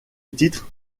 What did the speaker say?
titre